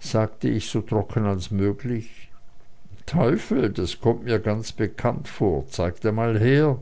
sagte ich so trocken als möglich teufel das kommt mir ganz bekannt vor zeigt einmal her